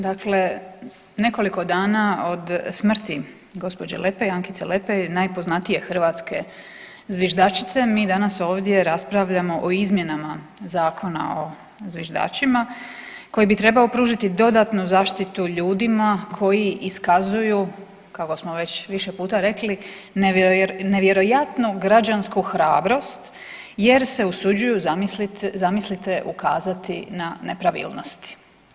Dakle, nekoliko dana od smrti gđe. Lepe, Ankice Lepej, najpoznatije hrvatske zviždačice, mi danas ovdje raspravljamo o izmjenama Zakona o zviždačima koji bi trebao pružiti dodatnu zaštitu ljudima koji iskazuju, kako smo već više puta rekli, nevjerojatnu građansku hrabrost jer se usuđuju, zamislite, ukazati na nepravilnosti.